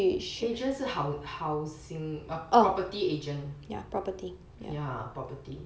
adrian 是 hou~ housing err property agent property ya property